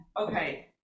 okay